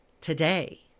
today